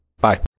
Bye